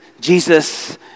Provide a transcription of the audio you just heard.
Jesus